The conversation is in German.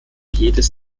jedes